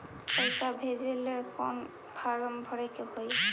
पैसा भेजे लेल कौन फार्म भरे के होई?